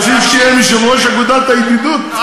אתם רוצים שיהיה יושב-ראש אגודת הידידות.